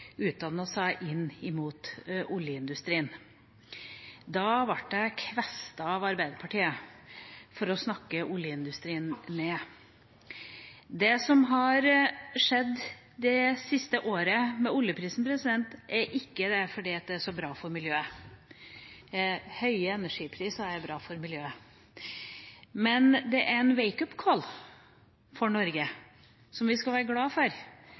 seg inn mot oljeindustrien. Da ble jeg kvestet av Arbeiderpartiet for å snakke oljeindustrien ned. Det som har skjedd med oljeprisen det siste året, har ikke skjedd fordi det er så bra for miljøet – høye energipriser er bra for miljøet – men det er en «wake up call» for Norge som vi skal være glade for,